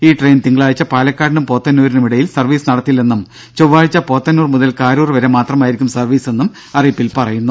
ഈ ട്രെയിൻ തിങ്കളാഴ്ച പാലക്കാടിനും പോത്തന്നൂരിനും ഇടയിൽ സർവീസ് നടത്തില്ലെന്നും ചൊവ്വാഴ്ച പോത്തന്നൂർ മുതൽ കാരൂർ വരെ മാത്രമായിരിക്കും സർവീസെന്നും അറിയിപ്പിൽ പറയുന്നു